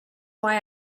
why